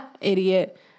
Idiot